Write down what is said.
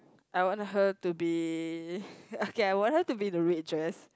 I want her to be okay I want her to be in a red dress